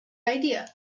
idea